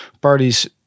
parties